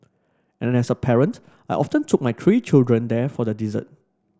and as a parent I often took my three children there for the dessert